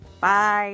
Bye